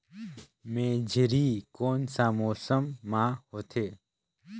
मेझरी कोन सा मौसम मां होथे?